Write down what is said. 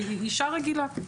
היא אישה רגילה.